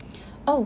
oh